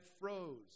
froze